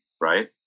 Right